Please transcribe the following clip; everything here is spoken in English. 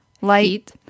light